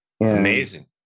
Amazing